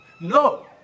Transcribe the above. No